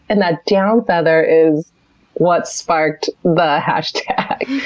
and that down feather is what sparked the hashtag.